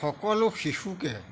সকলো শিশুকে